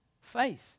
Faith